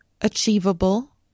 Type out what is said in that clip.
Achievable